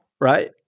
Right